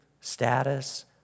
status